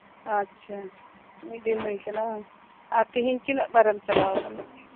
ᱟᱪᱪᱷᱟ ᱢᱤᱫᱫᱤᱱ ᱦᱩᱭ ᱟᱠᱟᱱᱟ ᱵᱟᱝ ᱟᱨ ᱛᱮᱦᱤᱧ ᱛᱤᱱᱟᱹᱜ ᱵᱟᱨ ᱮᱢ ᱪᱟᱞᱟᱣ ᱟᱠᱟᱱᱟ